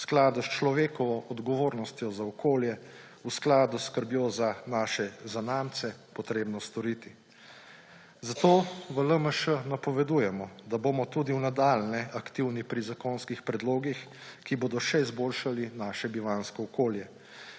v skladu s človekovo odgovornostjo za okolje, v skladu s skrbjo za naše zanamce potrebno storiti. Zato v LMŠ napovedujemo, da bomo tudi v nadaljnje aktivni pri zakonskih predlogih, ki bodo še izboljšali naše bivanjsko okolje.